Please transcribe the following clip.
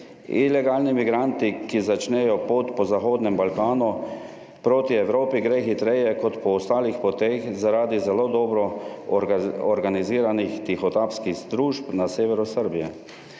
Ilegalni migranti, ki začnejo pot po zahodnem Balkanu proti Evropi gre hitreje kot po ostalih poteh zaradi zelo dobro organiziranih tihotapskih družb na severu Srbije.